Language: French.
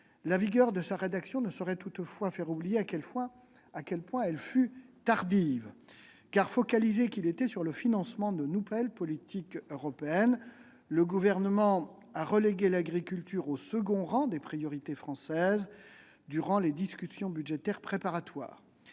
La vigueur de sa réaction ne saurait toutefois faire oublier à quel point elle fut tardive. En effet, focalisé sur le financement de nouvelles politiques européennes, le Gouvernement a relégué l'agriculture au second rang des priorités françaises durant les discussions budgétaires préparatoires.